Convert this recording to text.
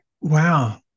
wow